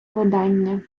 видання